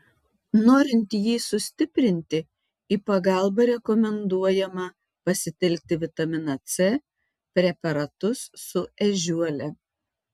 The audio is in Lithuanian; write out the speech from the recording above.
norint jį sustiprinti į pagalbą rekomenduojama pasitelkti vitaminą c preparatus su ežiuole